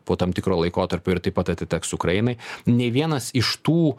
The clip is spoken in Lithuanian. po tam tikro laikotarpio ir taip pat atiteks ukrainai nei vienas iš tų